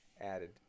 added